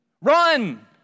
Run